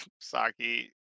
Saki